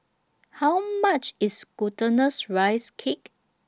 How much IS Glutinous Rice Cake